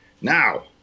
Now